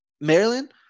Maryland